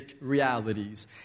realities